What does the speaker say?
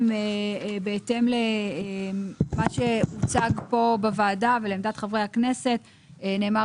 בהתאם למה שהוצג פה בוועדה ולעמדת חברי הכנסת נאמר